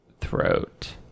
throat